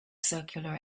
circular